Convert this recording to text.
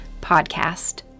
podcast